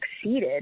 succeeded